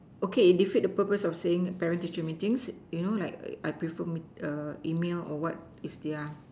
okay it defeat the purpose of saying parent teacher meetings you know like I prefer err email or what if their